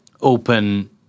open